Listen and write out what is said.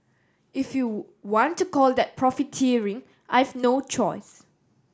if you want to call that profiteering I've no choice